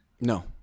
No